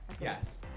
Yes